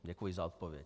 Děkuji za odpověď.